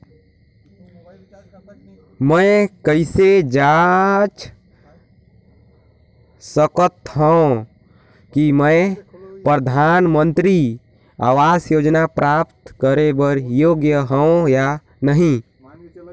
मैं कइसे जांच सकथव कि मैं परधानमंतरी आवास योजना प्राप्त करे बर योग्य हववं या नहीं?